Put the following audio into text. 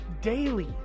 daily